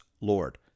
Lord